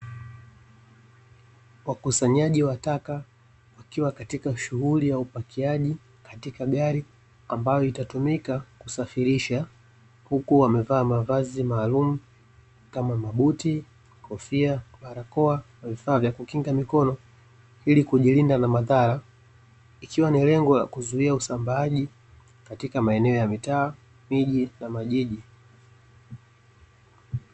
Wakusanyaji wa taka, wakiwa katika shughuli ya upakiaji katika gari ambayo itatumika kusafirisha. Huku wamevaa mavazi maalumu kama: mabuti, kofia, barakoa na vifaa vya kukinga mikono; ili kujilinda na madhara, ikiwa ni lengo la kuzuia usambaaji katika maeneo ya mitaa, miji na majiji.